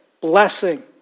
blessing